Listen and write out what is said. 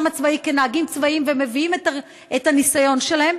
הצבאי כנהגים צבאיים ומביאים את הניסיון שלהם,